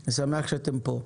ואני שמח שאתם פה.